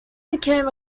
became